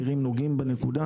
נראים נוגעים בנקודה,